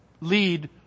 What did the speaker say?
lead